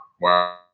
Wow